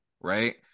right